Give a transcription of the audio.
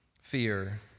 fear